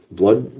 blood